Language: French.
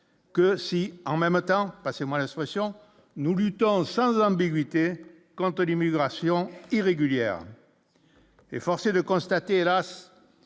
que si en même temps, passez-moi l'instruction nous luttons sans ambiguïté contre l'immigration irrégulière